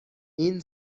این